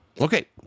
Okay